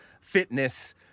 fitness